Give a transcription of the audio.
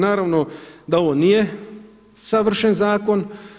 Naravno da ovo nije savršen zakon.